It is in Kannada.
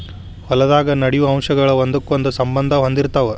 ಹೊಲದಾಗ ನಡೆಯು ಅಂಶಗಳ ಒಂದಕ್ಕೊಂದ ಸಂಬಂದಾ ಹೊಂದಿರತಾವ